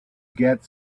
get